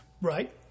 Right